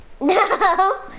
No